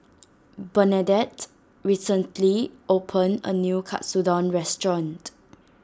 Bernadette recently opened a new Katsudon restaurant